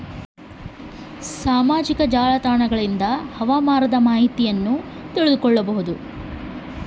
ಹವಾಮಾನದ ಮಾಹಿತಿ ಹೇಗೆ ತಿಳಕೊಬೇಕು?